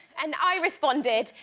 and i responded,